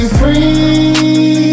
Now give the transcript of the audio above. free